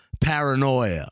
Paranoia